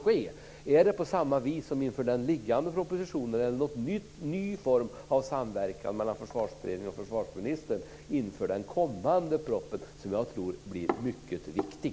Sker det på samma vis som inför den liggande propositionen, eller finns det någon ny form av samverkan mellan Försvarsberedningen och försvarsministern inför den kommande propositionen som jag tror blir mycket viktig?